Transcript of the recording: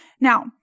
Now